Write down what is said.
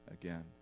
again